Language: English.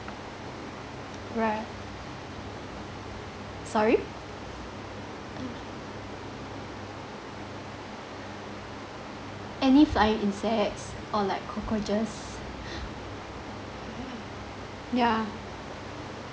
right sorry uh any flying insects or like cockroaches yeah